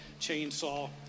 chainsaw